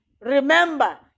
Remember